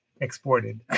exported